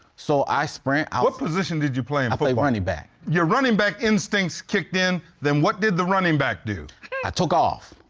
so, i sprint, i what position did you play? and running back. your running back instincts kicked in, then what did the running back do? i took off.